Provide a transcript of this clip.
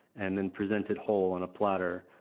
and then presented whole on a platter,